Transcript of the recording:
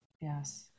Yes